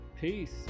Peace